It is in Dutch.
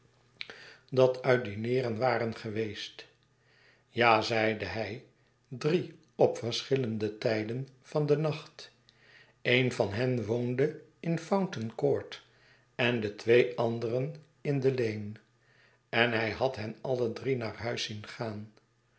dat uit dineeren waren geweest ja zeide hij drie op verschillende tijden van den nacht een van hen woonde in fountain court en de twee anderen in de lane en hij had hen alle drie naar huis zien gaan